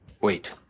Wait